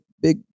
big